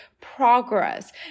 progress